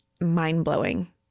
mind-blowing